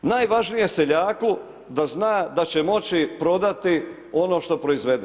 Najvažnije je seljaku da zna da će moći prodati ono što proizvede.